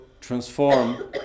transform